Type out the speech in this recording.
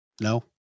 No